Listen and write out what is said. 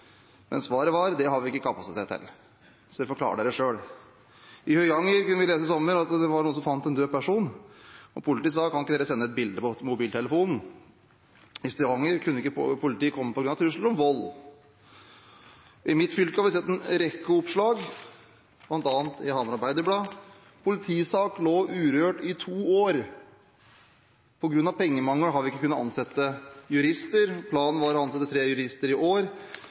men svaret var: Det har vi ikke kapasitet til, så dere får klare dere selv. Vi kunne lese i sommer at det var noen som fant en død person i Høyanger, og politiet sa: Kan dere ikke sende et bilde med mobiltelefon? I Stavanger kunne ikke politiet komme på grunn av trussel om vold. I mitt fylke har vi sett en rekke oppslag, bl.a. i Hamar Arbeiderblad: «Sak lå urørt i to år hos politiet.» På grunn av pengemangel hadde de ikke kunnet ansette jurister. Planen var å ansette tre jurister i år,